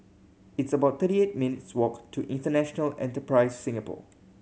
it's about thirty eight minutes' walk to International Enterprise Singapore